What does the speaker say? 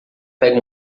pega